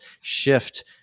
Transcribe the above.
shift